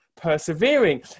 persevering